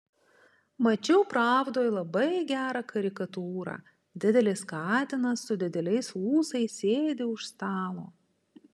mačiau pravdoj labai gerą karikatūrą didelis katinas su dideliais ūsais sėdi už stalo